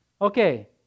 Okay